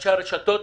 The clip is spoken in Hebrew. ראשי הרשתות,